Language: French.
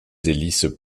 hélices